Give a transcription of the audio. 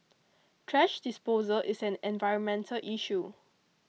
thrash disposal is an environmental issue